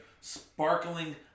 sparkling